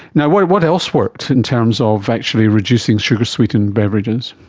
and what what else works in terms of actually reducing sugar sweetened beverages?